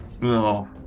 No